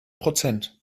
prozent